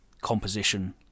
composition